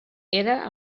era